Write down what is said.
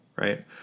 right